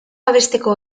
babesteko